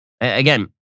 Again